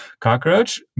cockroach